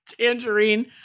Tangerine